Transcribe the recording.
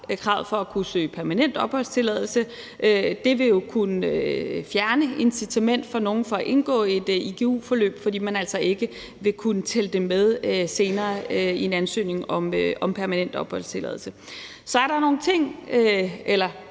for at kunne søge permanent opholdstilladelse. Det vil jo kunne fjerne incitamentet for nogle til at indgå i et igu-forløb, fordi man altså ikke vil kunne tælle det med senere i en ansøgning om permanent opholdstilladelse. Så derfor er der nogle ting, som